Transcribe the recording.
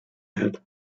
head